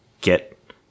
get